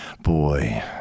boy